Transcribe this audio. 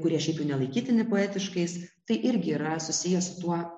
kurie šiaip jau nelaikytini poetiškais tai irgi yra susiję su tuo